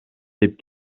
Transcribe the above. деп